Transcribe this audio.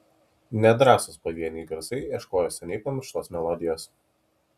nedrąsūs pavieniai garsai ieškojo seniai pamirštos melodijos